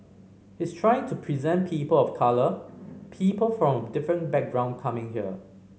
he's trying to present people of colour people from a different background coming here